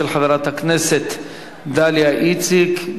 של חברת הכנסת דליה איציק.